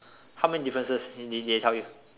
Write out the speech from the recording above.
how many differences did they they tell you